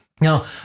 Now